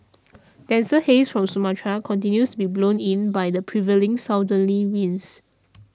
denser haze from Sumatra continues to be blown in by the prevailing southerly winds